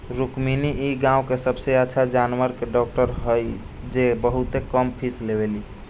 रुक्मिणी इ गाँव के सबसे अच्छा जानवर के डॉक्टर हई जे बहुत कम फीस लेवेली